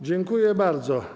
Dziękuję bardzo.